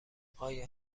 آیا